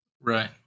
Right